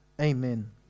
Amen